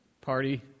party